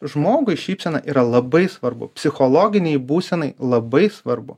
žmogui šypsena yra labai svarbu psichologinei būsenai labai svarbu